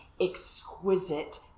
exquisite